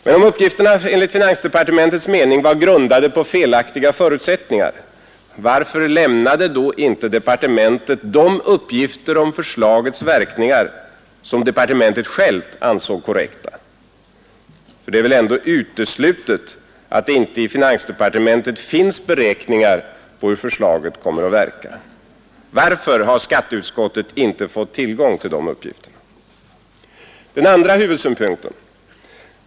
Men om uppgifterna enligt finansdepartementets mening var grundade på felaktiga förutsättningar, varför lämnade då inte departementet de uppgifter om förslagets verkningar som departementet självt ansåg korrekta? För det är väl ändå uteslutet att det inte i finansdepartementet finns beräkningar på hur förslaget kommer att verka? Varför har skatteutskottet inte fått tillgång till de uppgifterna? 2.